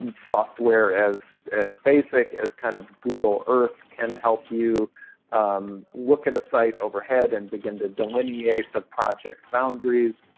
software as as basic as kind of google earth can help you look at a site overhead and begin to delineate the project boundaries.